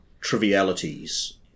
trivialities